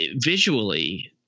visually